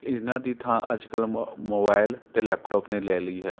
ਇਹਨਾਂ ਦੀ ਥਾਂ ਅੱਜ ਕੱਲ੍ਹ ਮ ਮੋਬਾਇਲ ਅਤੇ ਲੈਪਟੋਪ ਨੇ ਲੈ ਲਈ ਹੈ